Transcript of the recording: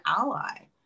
ally